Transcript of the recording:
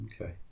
okay